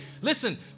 listen